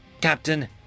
Captain